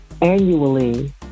annually